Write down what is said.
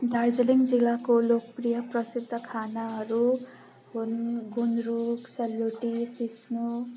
दार्जिलिङ जिल्लाको लोकप्रिय प्रसिद्ध खानाहरू हुन् गुन्द्रुक सेलरोटी सिस्नु